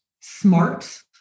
smart